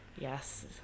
yes